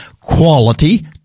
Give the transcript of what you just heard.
quality